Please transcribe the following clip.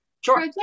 Sure